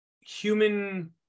human